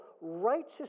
righteous